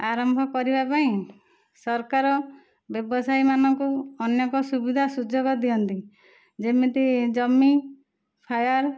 ଆରମ୍ଭ କରିବା ପାଇଁ ସରକାର ବ୍ୟବସାୟୀମାନଙ୍କୁ ଅନେକ ସୁବିଧା ସୁଯୋଗ ଦିଅନ୍ତି ଯେମିତି ଜମି ଫାୟାର